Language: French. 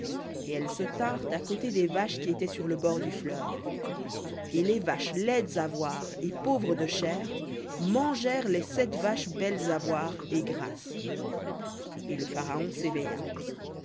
et elles se tinrent à côté des vaches qui étaient sur le bord du fleuve et les vaches laides à voir et pauvres de chair mangèrent les sept vaches belles à voir et grasses et le pharaon s'éveilla